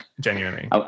Genuinely